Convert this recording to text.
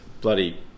bloody